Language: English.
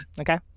Okay